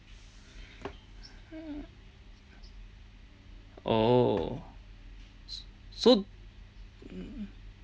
oh so